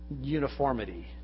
uniformity